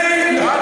אתה תמיד צודק.